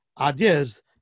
ideas